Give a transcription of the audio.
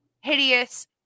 hideous